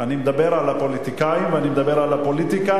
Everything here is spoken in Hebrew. אני מדבר על הפוליטיקאים ואני מדבר על הפוליטיקה,